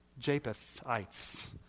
Japhethites